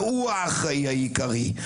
והוא האחראי העיקרי.